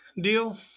deal